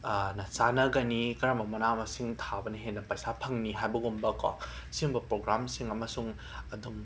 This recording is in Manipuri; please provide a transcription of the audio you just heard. ꯅ ꯆꯥꯟꯅꯒꯅꯤ ꯀꯔꯝꯕ ꯃꯅꯥ ꯃꯁꯤꯡ ꯊꯥꯕꯅ ꯍꯦꯟꯅ ꯄꯩꯁꯥ ꯐꯪꯅꯤ ꯍꯥꯏꯕꯒꯨꯝꯕ ꯀꯣ ꯁꯤꯒꯨꯝꯕ ꯄꯣꯒ꯭ꯔꯥꯝꯁꯤꯡ ꯑꯃꯁꯨꯡ ꯑꯗꯨꯝ